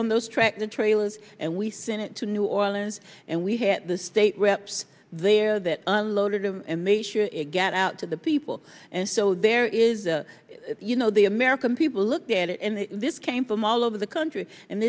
on those tractor trailers and we sent it to new orleans and we had the state reps there that unloaded and they should get out to the people and so there is you know the american people looked at it and this came from all over the country and